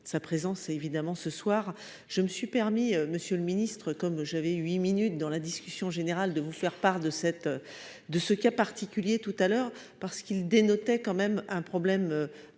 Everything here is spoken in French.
et sa présence évidemment ce soir, je me suis permis Monsieur le Ministre, comme j'avais 8 minutes dans la discussion générale, de vous faire part de cette, de ce cas particulier, tout à l'heure parce qu'il dénotait quand même un problème